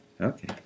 Okay